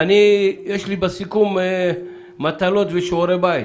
יש לי בסיכום מטלות ושיעורי בית